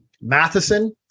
Matheson